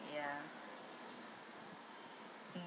ya